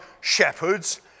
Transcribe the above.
shepherds